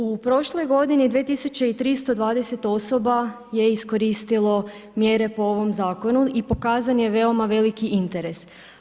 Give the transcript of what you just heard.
U prošloj godini 2320 osoba je iskoristilo mjere po ovom Zakonu i pokazan je veoma veliki interes.